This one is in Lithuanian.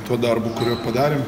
tuo darbu kurį padarėm